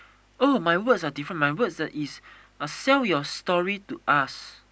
all my words are different my words are is sell your story to us